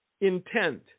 intent